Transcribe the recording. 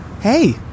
Hey